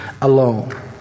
alone